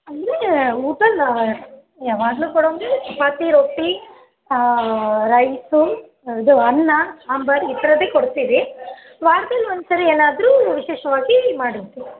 ಅಂದರೆ ಊಟನ ಯಾವಾಗಲೂ ಕೊಡೋವಾಗೆ ಚಪಾತಿ ರೊಟ್ಟಿ ರೈಸು ಇದು ಅನ್ನ ಸಾಂಬಾರು ಈ ಥರದೆ ಕೊಡ್ತೀವಿ ವಾರ್ದಲ್ಲಿ ಒಂದು ಸರ್ತಿ ಏನಾದರು ವಿಶೇಷವಾಗಿ ಮಾಡಿರ್ತೀವಿ